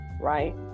Right